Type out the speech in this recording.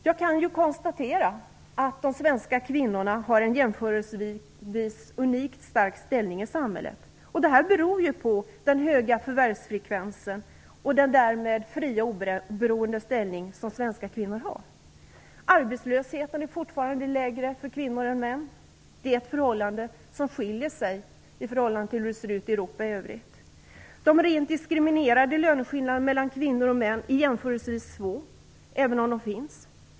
Jag kan konstatera att de svenska kvinnorna har en jämförelsevis unikt stark ställning i samhället. Detta beror ju på den höga förvärvsfrekvensen och den därmed fria och oberoende ställning som svenska kvinnor har. Arbetslösheten är fortfarande lägre för kvinnor än för män. Det är ett förhållande som skiljer sig i förhållande till situationen i Europa i övrigt. De rent diskriminerande löneskillnaderna mellan kvinnor och män är jämförelsevis små, även om de finns.